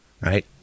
Right